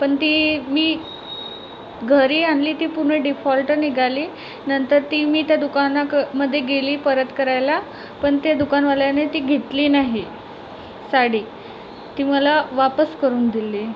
पण ती मी घरी आणली ती पूर्ण डिफॉल्टर निघाली नंतर ती मी त्या दुकानामध्ये गेली परत करायला पण त्या दुकानवाल्याने ती घेतली नाही साडी ती मला वापस करून दिली